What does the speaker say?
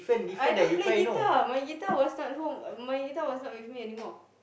I don't play guitar my guitar was not at home uh my guitar was not with me anymore